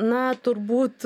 na turbūt